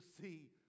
see